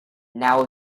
now